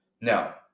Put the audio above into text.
now